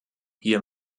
hier